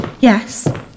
yes